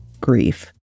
grief